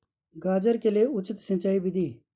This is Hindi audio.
गाजर के लिए उचित सिंचाई विधि?